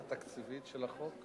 מה העלות התקציבית של החוק?